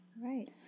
right